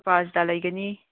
ꯑꯥꯄꯔꯥꯖꯤꯇꯥ ꯂꯩꯒꯅꯤ